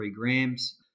grams